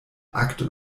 akt